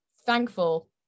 thankful